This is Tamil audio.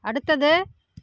அடுத்தது